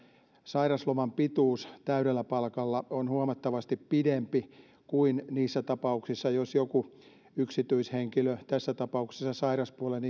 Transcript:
sairasloman pituus täydellä palkalla on huomattavasti pidempi kuin niissä tapauksissa jos joku yksityishenkilö tässä tapauksessa sairauspuolen